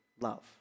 love